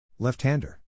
left-hander